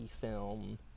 film